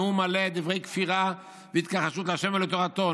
נאום מלא דברי כפירה והתכחשות לה' ולתורתו.